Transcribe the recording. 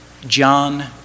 John